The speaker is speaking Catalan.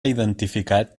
identificat